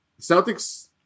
Celtics